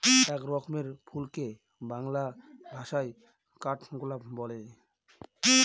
এক রকমের ফুলকে বাংলা ভাষায় কাঠগোলাপ বলে